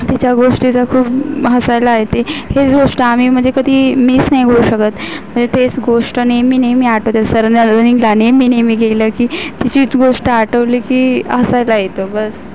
तिच्या गोष्टीचं खूप हसायला येते हेच गोष्ट आम्ही म्हणजे कधी मिस नाही होऊ शकत म्हणजे तेच गोष्ट नेहमीनेहमी आठवत असते असं रनिंगला नेहमीनेहमी गेलं की तिचीच गोष्ट आठवली की हसायला येतं बस